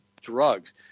drugs